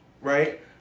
right